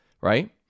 right